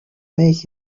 make